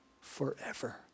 forever